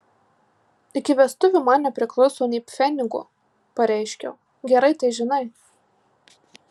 iki vestuvių man nepriklauso nė pfenigo pareiškiau gerai tai žinai